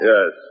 Yes